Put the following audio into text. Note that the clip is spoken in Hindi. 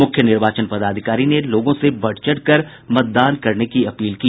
मुख्य निर्वाचन पदाधिकारी ने लोगों से बढ़ चढ़कर मतदान करने की अपील की